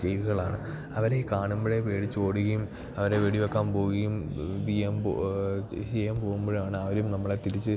ജീവികളാണ് അവരെ കാണുമ്പോൾ പേടിച്ച് ഓടുകയും അവരെ വെടി വെക്കാൻ പോവുകയും ഇത് ചെയ്യാൻ പോകുമ്പോഴാണ് അവരും നമ്മളെ തിരിച്ച്